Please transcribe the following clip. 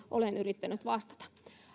olen yrittänyt vastata